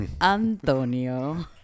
Antonio